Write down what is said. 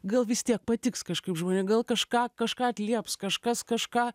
gal vis tiek patiks kažkaip žmonė gal kažką kažką atlieps kažkas kažką